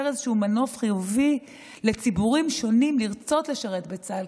נייצר איזשהו מנוף חיובי לציבורים שונים לרצות לשרת בצה"ל,